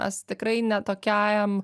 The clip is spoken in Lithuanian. mes tikrai ne tokiajam